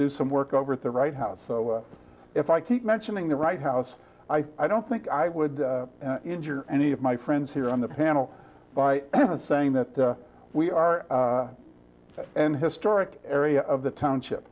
do some work over at the right house so if i keep mentioning the right house i don't think i would injure any of my friends here on the panel by saying that we are and historic area of the township